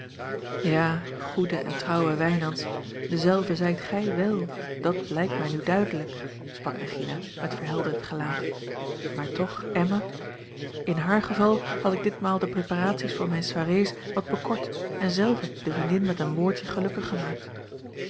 ja goede en trouwe wijnands dezelfde zijt gij wél dat blijkt mij nu duidelijk sprak regina met verhelderd gelaat maar toch emma in haar geval had ik ditmaal de preparaties voor mijne soirées wat bekort en zelve de vriendin met een woordje gelukkig gemaakt